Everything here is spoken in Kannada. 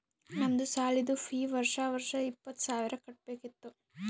ನಮ್ದು ಸಾಲಿದು ಫೀ ವರ್ಷಾ ವರ್ಷಾ ಇಪ್ಪತ್ತ ಸಾವಿರ್ ಕಟ್ಬೇಕ ಇತ್ತು